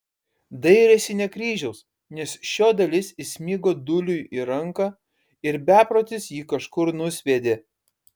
dairėsi ne kryžiaus nes šio dalis įsmigo dūliui į ranką ir beprotis jį kažkur nusviedė